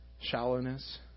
shallowness